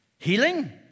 Healing